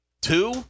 two